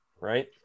right